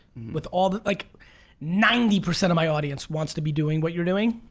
with all, like ninety percent of my audience wants to be doing what you're doing.